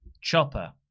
Chopper